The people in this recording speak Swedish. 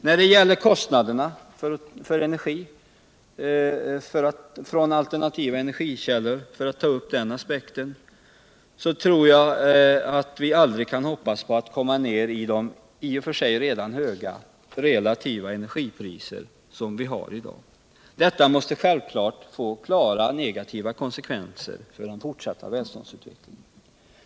När det gäller kostnaderna för energi från alternativa energikällor — för att ta uppäven den aspekten — tror jag att vi aldrig kan hoppas på att kunna komma ner i de i och för sig redan höga relativa energipriser som vi har i dag. Dewua måste självfallet få klara negativa konsekvenser för den fortsatta välståndsutvecklingen.